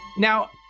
Now